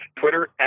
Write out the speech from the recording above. Twitter